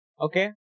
Okay